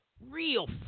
real